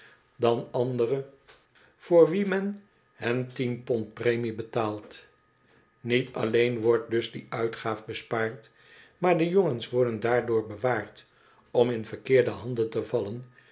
dan andere voor wie men hen premie betaald niet alleen wordt dus die uitgaaf bespaard maar de jongens worden daardoor bewaard om in verkeerde handen te vallen